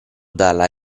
dalla